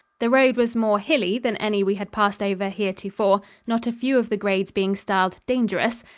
the road was more hilly than any we had passed over heretofore, not a few of the grades being styled dangerous,